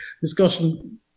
discussion